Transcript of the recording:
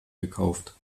gekauft